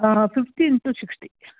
fifty into sixty